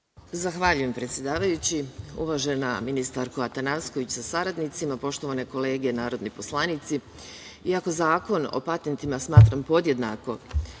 Zahvaljujem, predsedavajući. Uvažena ministarko Atanasković sa sardnicima, poštovane kolege narodni poslanici, iako Zakon o patentima smatram podjednako